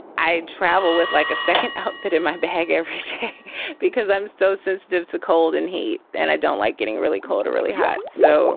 i travel with like a second outfit in my bag every day because i'm so sensitive to cold and heat and i don't like getting really cold or really hot so